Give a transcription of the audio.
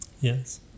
Yes